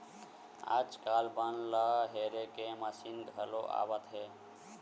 आजकाल बन ल हेरे के मसीन घलो आवत हे